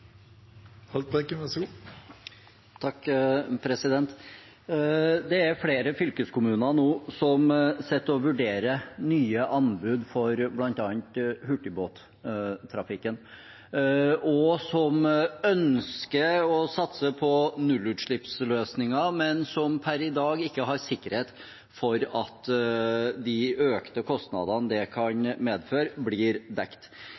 flere fylkeskommuner som nå som sitter og vurderer nye anbud for bl.a. hurtigbåttrafikken, og som ønsker å satse på nullutslippsløsninger, men som per i dag ikke har sikkerhet for at de økte kostnadene det kan medføre, blir